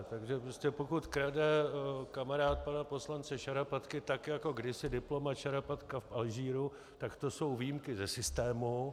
Takže pokud krade kamarád pana poslance Šarapatky tak jako kdysi diplomat Šarapatka v Alžíru, tak to jsou výjimky ze systému.